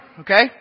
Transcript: okay